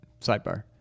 Sidebar